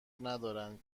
ندارند